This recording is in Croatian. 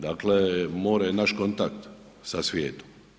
Dakle, more je naš kontakt sa svijetom.